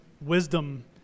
wisdom